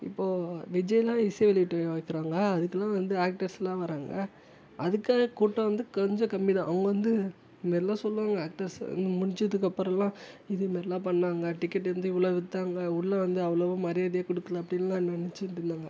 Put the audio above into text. இப்போ விஜய் எல்லாம் இசை வெளியீட்டு விழா வைக்கிறாங்க அதுக்கு எல்லாம் வந்து ஆக்ட்டர்ஸ் எல்லாம் வர்றாங்க அதுக்கான கூட்டம் வந்து கொஞ்சம் கம்மி தான் அவங்க வந்து இது மாதிரிலாம் சொல்லுவாங்க ஆக்ட்டர்சு இது முடிஞ்சதுக்கப்புறம்லாம் இது மாதிரிலாம் பண்ணாங்க டிக்கெட்டு வந்து இவ்வளோ விற்றாங்க உள்ள வந்து அவ்வளவாக மரியாதையே கொடுக்கல அப்படினுலாம் நினச்சிட்டு இருந்தாங்க